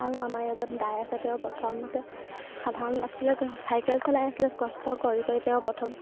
আৰু আমাৰ এজন দাই আছে তেওঁ প্ৰথমতে সাধাৰণ আছিলে চাইকেল চলাই আছিলে কষ্ট কৰি কৰি তেওঁ প্ৰথম